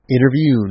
Interview